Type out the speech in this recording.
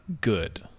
good